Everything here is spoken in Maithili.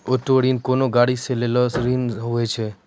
ऑटो ऋण कोनो गाड़ी लै लेली ऋण होय छै